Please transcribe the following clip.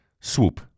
swoop